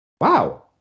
wow